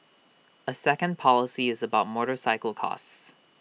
A second policy is about motorcycle costs